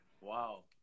Wow